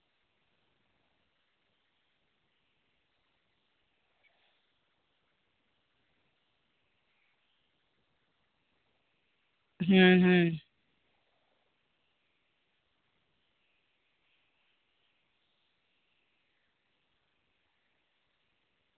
ᱦᱩᱸ ᱦᱩᱸ